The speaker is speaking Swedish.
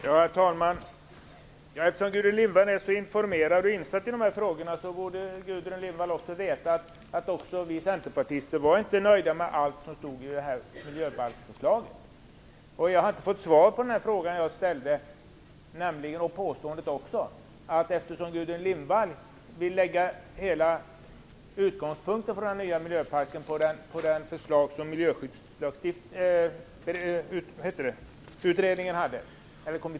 Herr talman! Eftersom Gudrun Lindvall är så informerad om och insatt i de här frågorna borde hon veta att vi centerpartister inte heller var nöjda med allt som stod i förslaget till miljöbalk. Jag har inte fått något svar på mitt påstående och min fråga. Gudrun Lindvall vill att utgångspunkten för den nya miljöbalken i princip helt och hållet skall vara Miljöskyddskommitténs förslag.